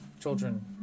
children